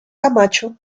camacho